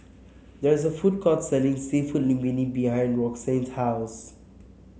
there is a food court selling seafood Linguine behind Roxanne's house